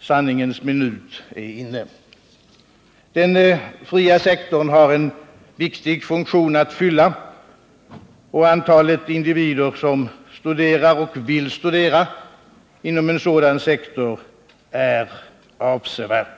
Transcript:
Sanningens minut är inne. Den fria sektorn har en viktig funktion att fylla, och antalet individer som studerar och vill studera inom en sådan sektor är avsevärt.